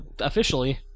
officially